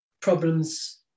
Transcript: problems